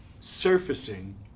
surfacing